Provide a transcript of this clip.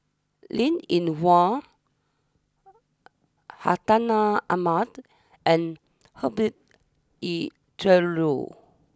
Linn in Hua Hartinah Ahmad and Herbert Eleuterio